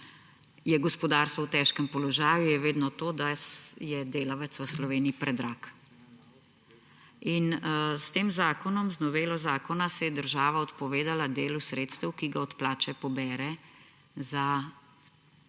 je gospodarstvo v težkem položaju, je to, da je delavec v Sloveniji predrag. S tem zakonom, z novelo zakona se je država odpovedala delu sredstev, ki ga od plače pobere za